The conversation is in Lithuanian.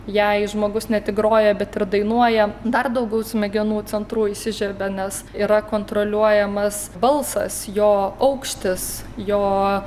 jei žmogus ne tik groja bet ir dainuoja dar daugiau smegenų centrų įsižiebia nes yra kontroliuojamas balsas jo aukštis jo